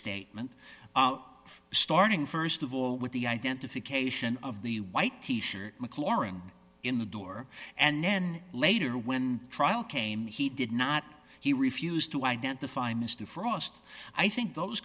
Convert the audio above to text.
statement starting st of all with the identification of the white t shirt mclaurin in the door and then later when trial came he did not he refused to identify mr frost i think those